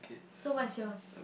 so what is yours